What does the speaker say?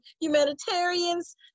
humanitarians